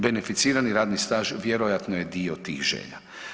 Beneficirani radni staž vjerojatno je dio tih želja.